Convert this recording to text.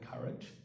courage